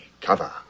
cover